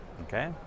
Okay